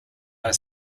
but